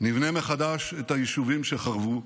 נבנה מחדש את היישובים שחרבו,